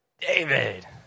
David